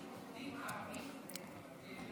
אפשר להעסיק עובדים ערבים ברשות שדות התעופה,